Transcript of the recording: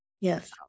Yes